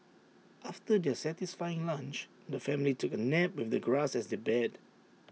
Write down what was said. after their satisfying lunch the family took A nap with the grass as their bed